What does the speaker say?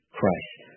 Christ